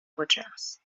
rogers